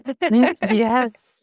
Yes